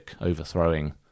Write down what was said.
overthrowing